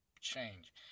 change